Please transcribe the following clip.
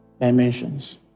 dimensions